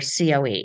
COE